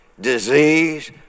disease